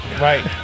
Right